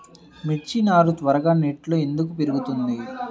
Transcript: మిర్చి నారు త్వరగా నెట్లో ఎందుకు పెరుగుతుంది?